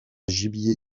gibier